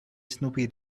snoopy